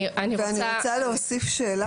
אני רוצה להוסיף שאלה.